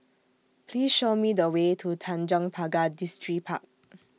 Please Show Me The Way to Tanjong Pagar Distripark